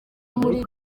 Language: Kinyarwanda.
muri